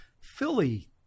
Philly